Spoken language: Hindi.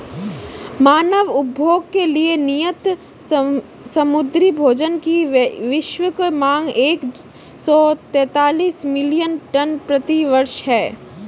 मानव उपभोग के लिए नियत समुद्री भोजन की वैश्विक मांग एक सौ तैंतालीस मिलियन टन प्रति वर्ष है